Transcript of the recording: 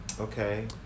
Okay